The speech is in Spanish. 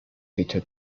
dicho